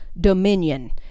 dominion